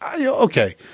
okay